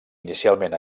inicialment